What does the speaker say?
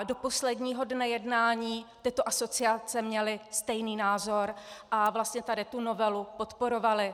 Do posledního dne jednání tyto asociace měly stejný názor a tuto novelu podporovaly.